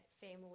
family